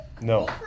no